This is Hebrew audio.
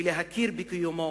וההכרה בקיומו,